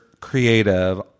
Creative